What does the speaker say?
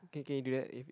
okay okay do that if